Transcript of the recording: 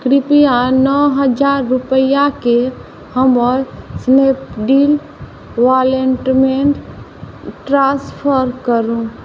कृपया नओ हज़ार रूपैआकेँ हमर स्नैपडील वॉलेट मे ट्रांसफर करू